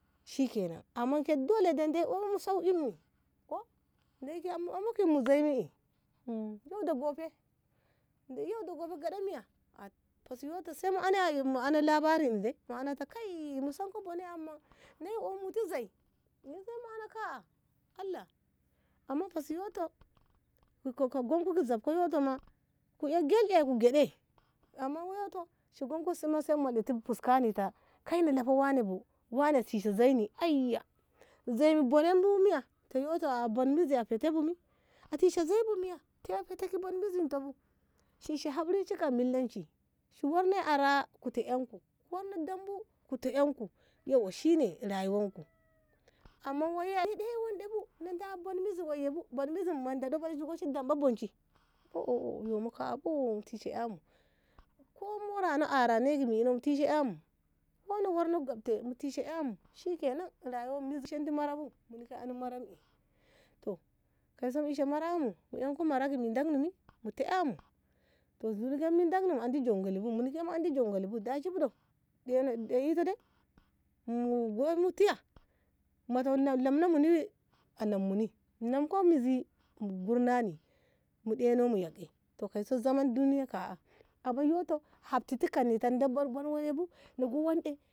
Shikenan amman ke dole deiyi unmu saukini ko deiyi ke unni ki muzimu ke yau da gobe yau da gobe gaɗa miya fete siyoto sai labarini de ana ta kai eh mu sanko bone amman deiyi un muti zui ey zuinemu ka'a amman fasiyoto ko gunmu ka zamti ya'a ku ey galɗe gyeɗe amma weito shi kunko sima sai murɗa fuskani ta kai na lafa wani bu wani sise ni ayya zuini bu bunen bu miya a bono a fate bi a tishi zui bu miya a fete mizinto bu shi ishe hakuri shi ka millan shi warno ara ku tishenku wanna dambu ku te eyku yauwa shine rayuwar ku amman ey ea wanɗe bu na da mizi maye bu buni muzi ma dadi bu shi damɓa bunshi mu tishi eymu ko moro ma ara ne mu tishi eymu kona warno gafte mu tai eymu rayuwamu mizi ke andi mara bu mina ke raba bu kaiso ishe maramu mu ey maramu mu tai eymu to zuni ke mudamu andi jungili bu muni ke andi jungili bu dashi de ɗaiyabu de mu gommu tiya anan muni ko muzi gurnani mu ɗena mu yakge ka zaman duniya ka abi yukto hafbi duka ni na dabarbaru diɗi waine.